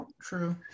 true